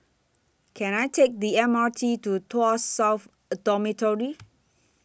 Can I Take The M R T to Tuas South Dormitory